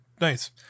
nice